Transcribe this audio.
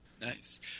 Nice